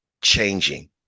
changing